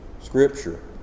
scripture